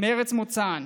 בארץ מוצאן.